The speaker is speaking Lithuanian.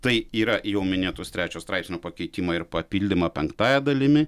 tai yra jau minėtos trečio straipsnio pakeitimą ir papildymą penktąja dalimi